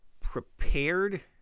prepared